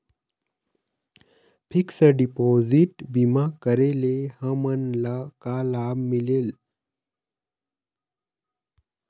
Fix deposit बीमा करे ले हमनला का लाभ मिलेल?